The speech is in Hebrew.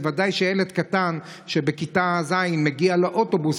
אז ודאי שילד קטן בכיתה ז' שמגיע לאוטובוס